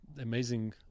amazing